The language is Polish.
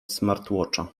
smartwatcha